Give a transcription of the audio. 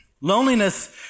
Loneliness